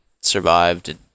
survived